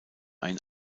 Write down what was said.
ein